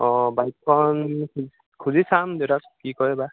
অঁ বাইকখন খুজি চাম দেউতাক কি কয় বা